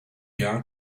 jahr